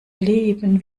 leben